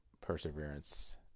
Perseverance